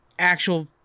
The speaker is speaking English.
actual